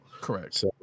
Correct